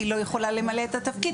היא לא יכולה למלא את התפקיד,